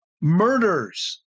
murders